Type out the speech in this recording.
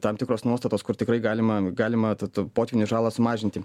tam tikros nuostatos kur tikrai galima galima tą tų potvynių žalą sumažinti